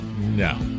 No